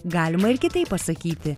galima ir kitaip pasakyti